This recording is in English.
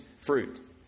fruit